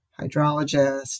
hydrologist